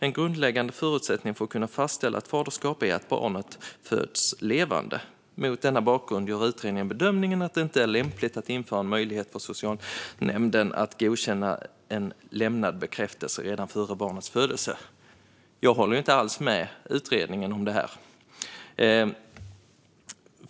En grundläggande förutsättning för att kunna fastställa ett faderskap är att barnet föds levande. Mot den bakgrunden gör utredningen bedömningen att det inte är lämpligt att införa en möjlighet för socialnämnden att godkänna en lämnad bekräftelse redan före barnets födelse. Jag håller inte alls med utredningen om detta.